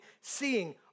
seeing